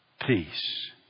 peace